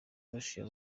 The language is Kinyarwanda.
roshan